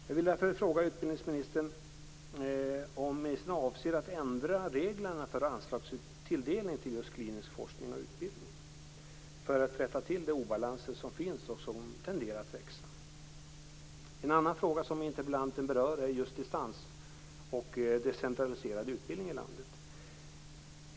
Jag vill därför fråga utbildningsministern om han avser att ändra reglerna för anslagstilldelning till just klinisk forskning och utbildning för att rätta till de obalanser som finns och som tenderar att växa. En annan fråga som interpellanten berör är distansutbildningen och den decentraliserade utbildningen i landet.